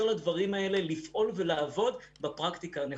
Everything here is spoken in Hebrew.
לדברים האלה לפעול ולעבוד בפרקטיקה הנכונה.